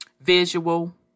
visual